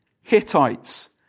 Hittites